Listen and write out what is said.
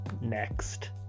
next